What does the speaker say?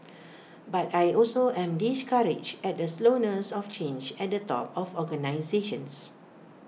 but I also am discouraged at the slowness of change at the top of organisations